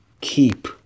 keep